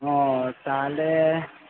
ও তাহলে